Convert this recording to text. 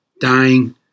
Dying